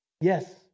Yes